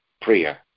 prayer